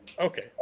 okay